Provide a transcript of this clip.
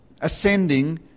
ascending